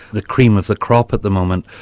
the cream of the crop at the moment,